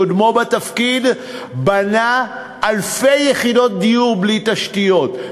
קוֹדמו בתפקיד בנה אלפי יחידות דיור בלי תשתיות,